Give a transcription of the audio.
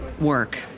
work